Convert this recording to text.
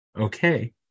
Okay